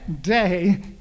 day